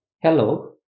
Hello